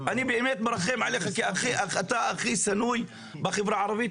אני באמת מרחם עליך כי אתה הכי שנוא בחברה הערבית,